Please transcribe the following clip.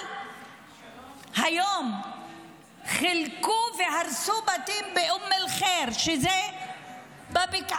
היום חילקו והרסו בתים באום אל-ח'יר שבבקעה.